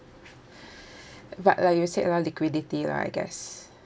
but like you said lah liquidity lah I guess